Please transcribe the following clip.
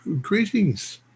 greetings